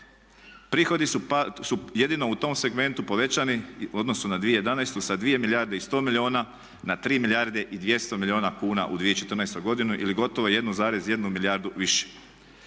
Prihodi su jedino u tom segmentu povećani u odnosu na 2011. sa 2 milijarde i 100 milijuna na 3 milijarde i 200 milijuna kuna u 2014. godini ili gotovo 1,1 milijardu više.